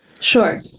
sure